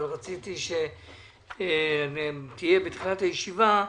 אבל רציתי שתהיה בתחילת הישיבה.